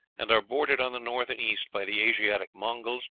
and are bordered on the north and east by the asiatic mongols,